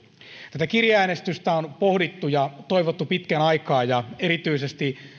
tätä kirjeäänestystä on pohdittu ja toivottu pitkän aikaa erityisesti